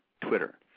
Twitter